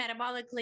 metabolically